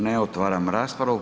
Ne, otvaram raspravu.